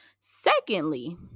secondly